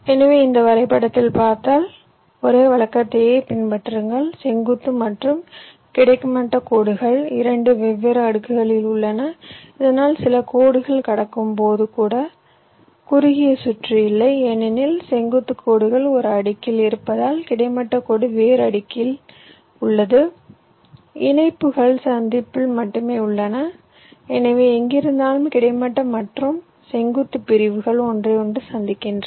எனவே இந்த வரைபடத்தில் பார்த்தால் ஒரே வழக்கத்தையே பின்பற்றுங்கள் செங்குத்து மற்றும் கிடைமட்ட கோடுகள் 2 வெவ்வேறு அடுக்குகளில் உள்ளன இதனால் சில கோடுகள் கடக்கும்போது கூட குறுகிய சுற்று இல்லை ஏனெனில் செங்குத்து கோடுகள் ஒரு அடுக்கில் இருப்பதால் கிடைமட்ட கோடு வேறு அடுக்கில் இணைப்புகள் சந்திப்பில் மட்டுமே உள்ளன எனவே எங்கிருந்தாலும் கிடைமட்ட மற்றும் செங்குத்துப் பிரிவுகள் ஒன்றையொன்று சந்திக்கின்றன